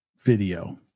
video